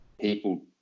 people